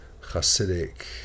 Hasidic